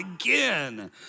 again